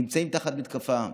נמצאים תחת מתקפה.